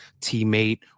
teammate